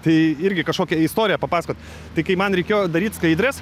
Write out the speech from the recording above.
tai irgi kažkokią istoriją papasakot tai kai man reikėjo daryt skaidres